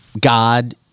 God